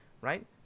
right